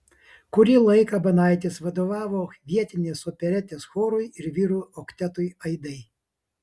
kurį laiką banaitis vadovavo vietinės operetės chorui ir vyrų oktetui aidai